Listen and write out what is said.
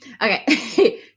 Okay